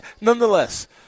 Nonetheless